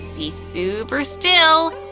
be super still,